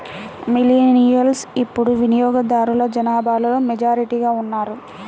millennials ఇప్పుడు వినియోగదారుల జనాభాలో మెజారిటీగా ఉన్నారు